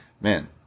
Man